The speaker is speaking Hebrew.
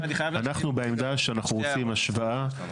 אנחנו בעמדה שאנחנו רוצים השוואה,